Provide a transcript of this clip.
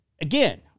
again